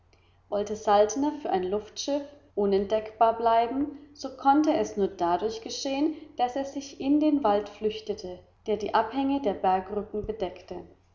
wollte saltner für ein luftschiff unentdeckbar bleiben so konnte es nur dadurch geschehen daß er sich in den wald flüchtete der die abhänge der bergrücken bedeckte